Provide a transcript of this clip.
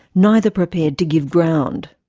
neither prepared to give ground.